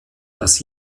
das